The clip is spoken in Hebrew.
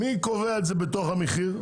מי קובע את זה בתוך המחיר?